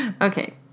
Okay